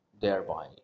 thereby